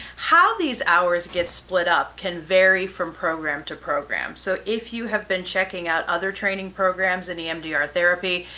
how these hours get split up can vary from program to program. so if you have been checking out other training programs in emdr therapy,